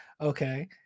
Okay